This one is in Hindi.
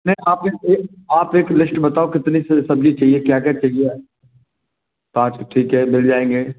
नहीं आप एक आप एक लिस्ट बताओ कितनी सब्जी चाहिए क्या क्या चाहिए आप पाँच ठीक है मिल जाएँगे